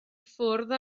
ffwrdd